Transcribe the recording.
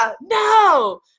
no